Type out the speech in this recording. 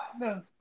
No